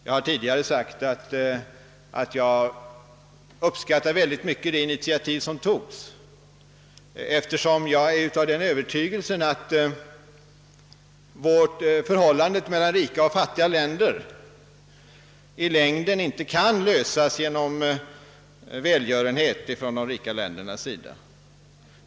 Jag har tidigare sagt att jag mycket uppskattar detta initiativ eftersom jag är övertygad om att förhållandet mellan rika och fattiga länder i längden inte kan ordnas genom välgörenhet från de rika länderna sida.